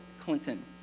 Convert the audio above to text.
Clinton